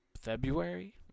February